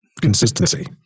consistency